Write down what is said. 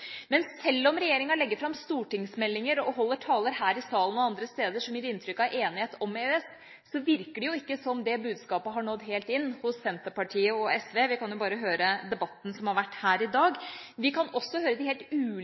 Men sjøl om regjeringa legger fram stortingsmeldinger og holder taler her i salen og andre steder som gir inntrykk av enighet om EØS, virker det ikke som det budskapet har nådd helt inn hos Senterpartiet og SV – vi kan jo bare høre debatten som har vært her i dag. Vi kan også høre de helt ulike